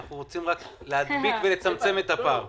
אלא צמצום הפער.